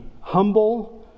humble